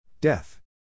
Death